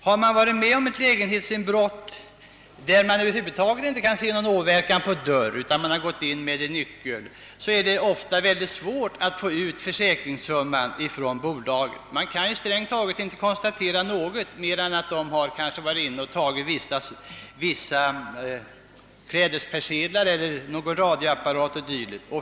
Har man varit med om ett lägenhetsinbrott, varvid förövaren inte gjort någon synlig åverkan på dörren utan gått in med nyckel, är det ibland svårt att få ut försäkringssumman från bolaget. Man kan ju inte konstatera mer än att någon har varit inne och tagit vissa klädespersedlar, någon radioapparat eller dylikt.